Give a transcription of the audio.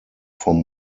vom